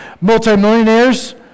multimillionaires